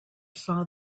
saw